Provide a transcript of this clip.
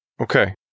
Okay